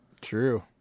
True